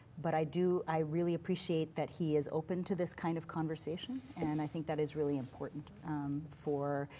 but i do, i really appreciate that he is open to this kind of conversation and i think that is really important for,